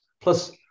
plus